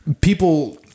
People